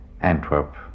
Antwerp